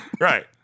Right